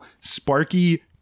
Sparky